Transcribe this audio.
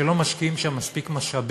שלא משקיעים שם מספיק משאבים?